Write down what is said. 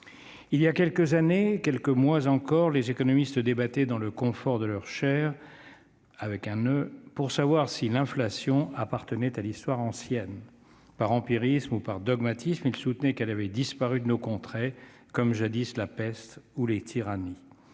Il y a quelques années, quelques mois encore, les économistes débattaient dans le confort de leur chaire pour savoir si l'inflation appartenait à l'histoire ancienne. Par empirisme ou par dogmatisme, ils soutenaient qu'elle avait disparu de nos contrées, comme jadis la peste ou les tyrannies.